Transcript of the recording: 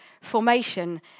formation